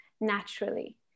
naturally